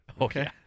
Okay